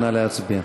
נא להצביע.